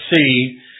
see